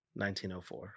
1904